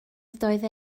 ydoedd